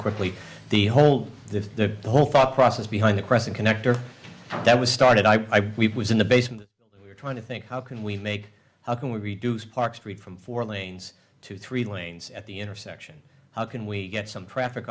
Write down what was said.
quickly the whole the whole thought process behind the crescent connector that was started i was in the basement we're trying to think how can we make how can we reduce park street from four lanes to three lanes at the intersection how can we get some pra